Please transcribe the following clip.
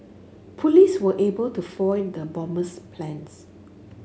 police were able to foil the bomber's plans